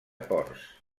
ports